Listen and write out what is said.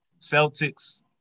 Celtics